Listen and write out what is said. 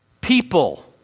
People